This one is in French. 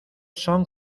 sont